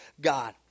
God